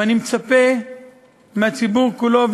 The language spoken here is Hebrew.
ואני מצפה מהציבור כולו,